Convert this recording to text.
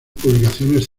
publicaciones